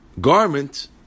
garment